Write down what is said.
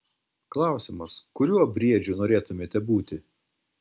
klausimas kuriuo briedžiu norėtumėte būti